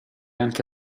anche